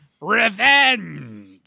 revenge